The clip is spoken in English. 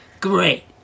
Great